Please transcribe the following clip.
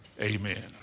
amen